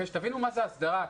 תבינו מהי הסדרה.